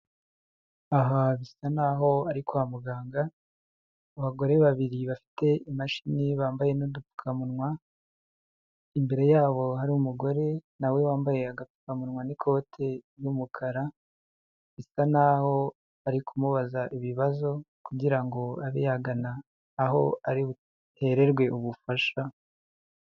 Aha bisa naho ari kwa muganga, abagore babiri bafite imashini bambaye n'udupfukamunwa, imbere yabo hari umugore nawe wambaye agapfukamuwa n'ikote ry'umukara, bisa naho ari kumubaza ibibazo kugira ngo abe yagana aho ari buhererwe ubufasha.